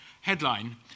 headline